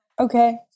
Okay